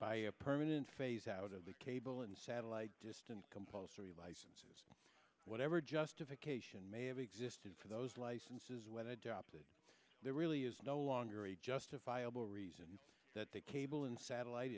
by a permanent phase out of the cable and satellite distance compulsory licenses whatever justification may have existed for those licenses when i dropped there really is no longer a justifiable reason that the cable and satellite